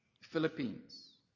Philippines